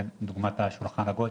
דוגמת השולחן העגול,